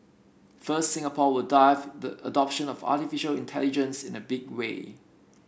first Singapore will dive the adoption of artificial intelligence in a big way